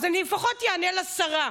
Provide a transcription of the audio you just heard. אז אני לפחות אענה לשרה.